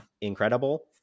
incredible